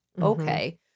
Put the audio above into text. Okay